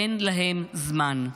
אין להם זמן.